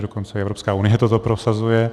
Dokonce i Evropská unie toto prosazuje.